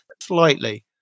slightly